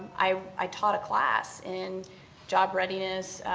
i taught a class in job readiness,